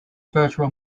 virtual